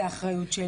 באחריות שלי.